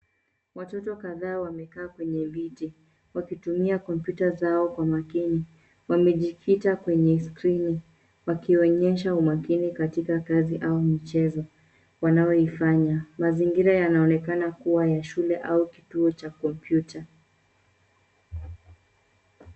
Watoto kadhaa wamekaa kwenye viti, wakitumia kompyuta zao kwa makini. Wamejikita kwenye skrini, wakionyesha umakini katika kazi au michezo wanaoifanya. Mazingira yanaonekana kuwa ya shule au kituo cha kompyuta.